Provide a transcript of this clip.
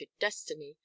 destiny